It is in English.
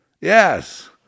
Yes